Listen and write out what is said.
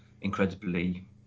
incredibly